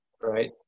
right